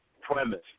premise